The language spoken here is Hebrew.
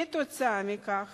כתוצאה מכך